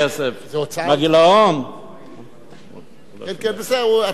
מר גילאון, בסדר, אתה תענה לפרוטוקול.